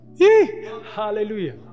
Hallelujah